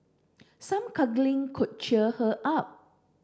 some cuddling could cheer her up